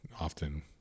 often